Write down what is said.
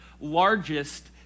largest